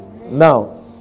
Now